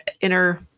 inner